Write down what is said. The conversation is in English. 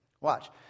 Watch